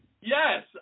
Yes